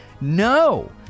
No